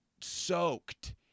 soaked